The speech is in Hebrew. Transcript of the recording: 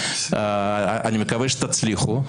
אני מקווה שתצליחו.